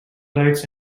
lights